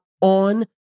on